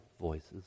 voices